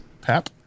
Pap